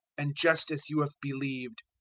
and just as you have believed,